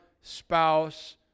spouse